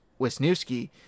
Wisniewski